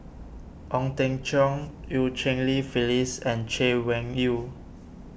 Ong Teng Cheong Eu Cheng Li Phyllis and Chay Weng Yew